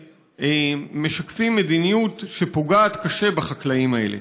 שמשקפים מדיניות שפוגעת קשה בחקלאים האלה.